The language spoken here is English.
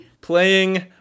Playing